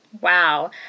wow